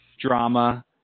Drama